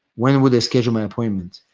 when would they schedule my appointment?